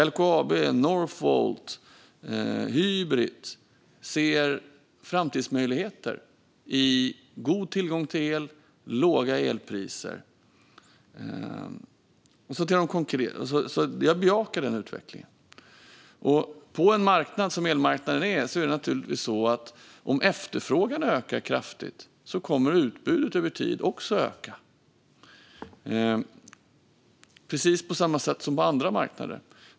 LKAB, Northvolt och Hybrit ser framtidsmöjligheter i god tillgång till el och låga elpriser. Jag bejakar den utvecklingen. Om efterfrågan på en marknad, som elmarknaden är, ökar kraftigt kommer utbudet över tid också att öka precis på samma sätt som på andra marknader.